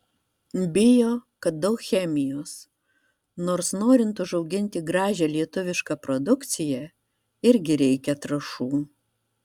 bijo kad daug chemijos nors norint užauginti gražią lietuvišką produkciją irgi reikia trąšų